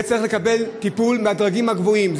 זה צריך לקבל טיפול מהדרגים הגבוהים.